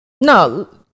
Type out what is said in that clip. No